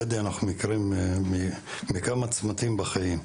אנחנו מכירים מכמה צמתים בחיים,